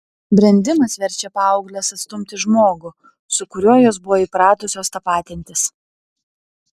brendimas verčia paaugles atstumti žmogų su kuriuo jos buvo įpratusios tapatintis